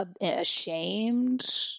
ashamed